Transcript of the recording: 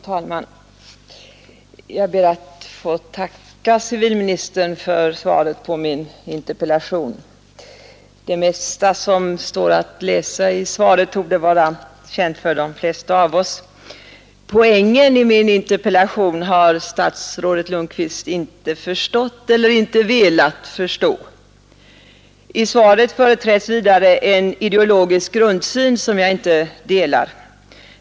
Fru talman! Jag ber att få tacka civilministern för svaret på min interpellation. Det mesta som står att läsa i svaret torde vara känt för de flesta av oss. Poängen i min interpellation har statsrådet Lundkvist emellertid inte förstått — eller inte velat förstå. I svaret företräds vidare en ideologisk grundsyn som jag inte delar.